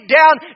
down